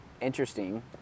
interesting